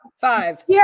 Five